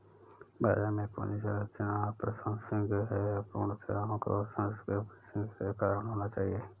बाजार में पूंजी संरचना अप्रासंगिक है, अपूर्णताओं को इसकी प्रासंगिकता का कारण होना चाहिए